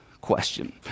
question